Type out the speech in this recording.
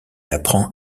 apprend